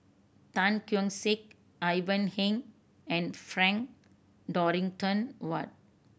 Tan Keong Saik Ivan Heng and Frank Dorrington Ward